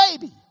baby